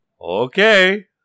Okay